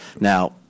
Now